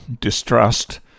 distrust